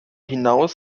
hinaus